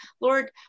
Lord